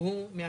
והוא מהפריפריה.